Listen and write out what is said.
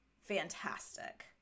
fantastic